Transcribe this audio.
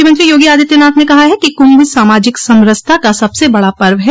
मुख्यमंत्री योगी आदित्यनाथ ने कहा है कि कुंभ सामाजिक समरसता का सबसे बड़ा पर्व है